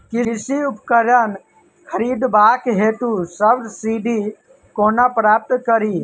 कृषि उपकरण खरीदबाक हेतु सब्सिडी कोना प्राप्त कड़ी?